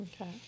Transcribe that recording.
Okay